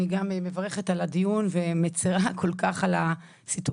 אני גם מברכת על הדיון ומצרה כל כך על הסיטואציה.